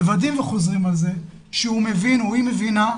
מוודאים וחוזרים על זה שהוא מבין או היא מבינה,